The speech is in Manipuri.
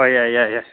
ꯍꯣꯏ ꯌꯥꯏ ꯌꯥꯏ